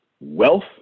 wealth